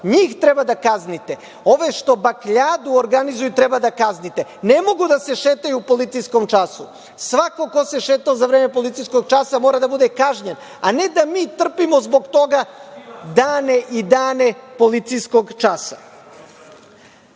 Njih treba da kaznite. Ove što bakljadu organizuju treba da kaznite. Ne mogu da se šetaju u policijskom času. Svako ko se šetao za vreme policijskog časa mora da bude kažnjen, a ne da mi trpimo zbog toga dane i dane policijskog časa. Ono